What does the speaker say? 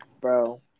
Bro